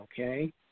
okay